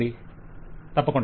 client తప్పకుండా